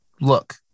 look